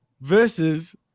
versus